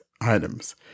items